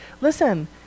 listen